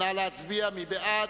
נא להצביע, מי בעד?